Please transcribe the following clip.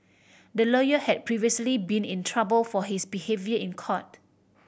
the lawyer had previously been in trouble for his behaviour in court